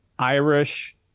Irish